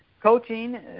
coaching